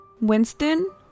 Winston